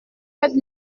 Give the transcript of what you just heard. faites